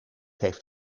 heeft